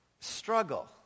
struggle